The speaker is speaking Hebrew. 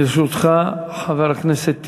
לרשותך, חבר הכנסת טיבי,